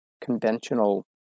conventional